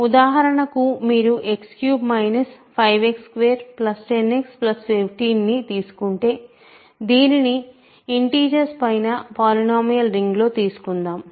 ఉదాహరణకు మీరు x3 5x210x15తీసుకుంటే దీనిని ఇంటిజర్స్ పైన పాలినోమియల్ రింగ్లో తీసుకుందాం